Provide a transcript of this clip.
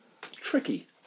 Tricky